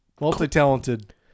Multi-talented